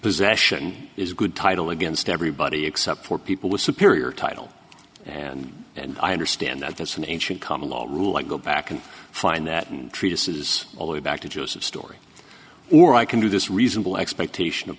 possession is a good title against everybody except for people with superior title and and i understand that that's an ancient common law rule i go back and find that and treatises all the way back to joseph story or i can do this reasonable expectation of